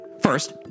First